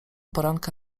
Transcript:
poranka